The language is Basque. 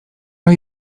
ohi